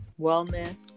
wellness